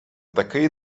такий